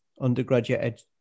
undergraduate